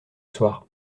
soir